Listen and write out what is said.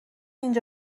اینجا